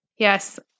Yes